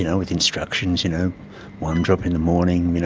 you know with instructions, you know one drop in the morning, you know